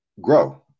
grow